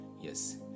Yes